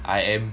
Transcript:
I am